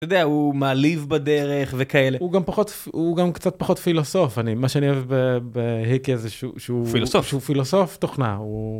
הוא מעליב בדרך וכאלה. הוא גם פחות הוא גם קצת פחות פילוסוף אני מה שאני אוהב בהקה זה שהוא פילוסוף תוכנה.